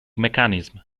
mechanism